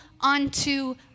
unto